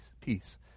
peace